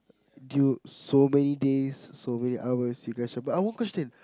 due so many days so how many hours you guys but uh one question